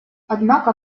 однако